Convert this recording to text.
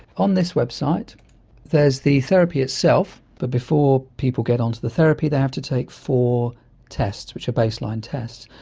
on this website there's the therapy itself, but before people get onto the therapy they have to take four tests which are baseline tests,